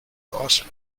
course